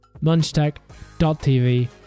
munchtech.tv